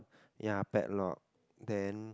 ya padlock then